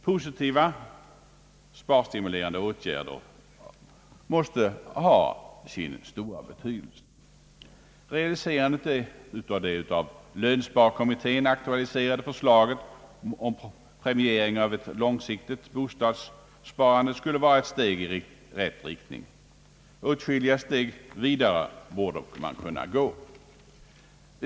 Positiva sparstimulerande åtgärder måste ha sin stora betydelse. Realiserande av det av lönsparkommittén ak tualiserade förslaget om premiering av ett långsiktigt bostadssparande borde vara ett steg i rätt riktning. Åtskilliga steg vidare borde man kunna gå.